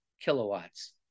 kilowatts